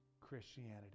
Christianity